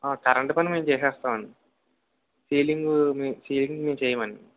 current పని మేము చేసేస్తామండి సీలింగూ మే సీలింగు మేము చేయమండి